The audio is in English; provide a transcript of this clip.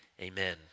Amen